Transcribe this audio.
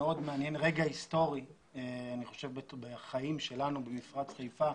רגע היסטורי בחיים שלנו במפרץ חיפה,